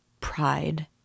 Pride